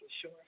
sure